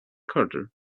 carter